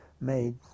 made